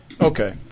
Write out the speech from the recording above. Okay